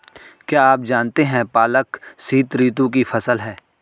क्या आप जानते है पालक शीतऋतु की फसल है?